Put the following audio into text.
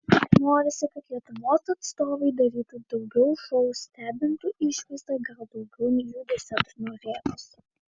norisi kad lietuvos atstovai darytų daugiau šou stebintų išvaizda gal daugiau judesio norėtųsi